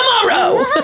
tomorrow